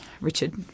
Richard